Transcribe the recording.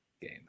game